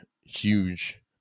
huge